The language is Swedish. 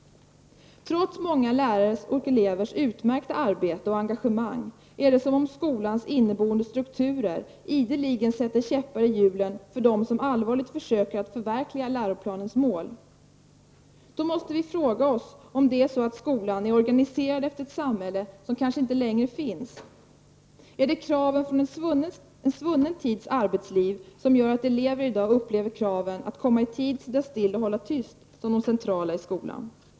Trots många lärares och elevers utmärkta arbete och engagemang är det som om skolans inneboende struktur ideligen sätter käppar i hjulen för dem som allvarligt försöker förverkliga läroplanens mål. Vi måste då fråga oss om det är så att skolan är organiserad efter ett samhälle som kanske inte längre finns. Är det kraven från en svunnen tids arbetsliv som gör att elever i dag upplever kraven att komma i tid, sitta still och hålla tyst som det centrala i skolan?